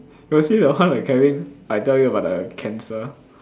you got see the one when Kevin I tell you about the cancer